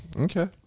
Okay